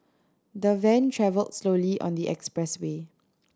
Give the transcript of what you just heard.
the van travelled slowly on the expressway